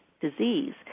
disease